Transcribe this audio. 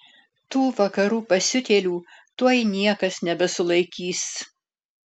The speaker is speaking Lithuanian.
tų vakarų pasiutėlių tuoj niekas nebesulaikys